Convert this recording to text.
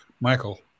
Michael